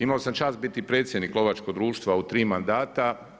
Imao sam čast biti predsjednik lovačkog društva u tri mandata.